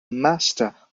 master